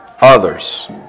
others